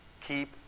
Keep